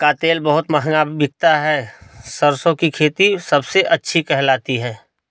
का तेल बहुत महंगा बिकता है सरसों की खेती सबसे अच्छी कहलाती है